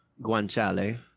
guanciale